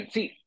See